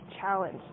challenge